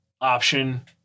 option